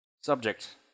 Subject